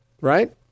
right